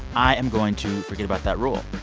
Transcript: i am going to forget about that rule.